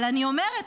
אבל אני אומרת,